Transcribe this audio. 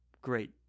great